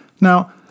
Now